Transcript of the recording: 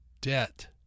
debt